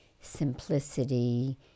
simplicity